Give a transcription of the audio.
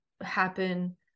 happen